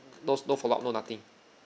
no no follow up no nothing